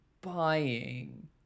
buying